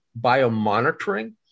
biomonitoring